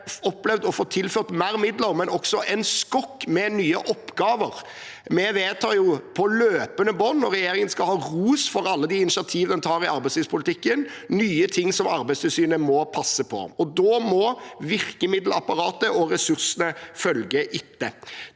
opplevd å få tilført mer midler, men også en skokk med nye oppgaver. Vi vedtar jo på løpende bånd, og regjeringen skal ha ros for alle de initiativene den tar i arbeidslivspolitikken, nye ting som Arbeidstilsynet må passe på. Da må virkemiddelapparatet og ressursene følge etter.